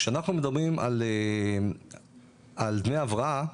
כשאנחנו מדברים על דמי ההבראה,